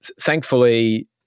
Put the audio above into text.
thankfully